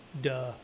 duh